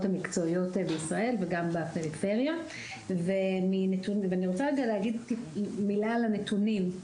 המקצועיות בישראל וגם בפריפריה ואני רוצה להגיד מילה על הנתונים,